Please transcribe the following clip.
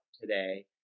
today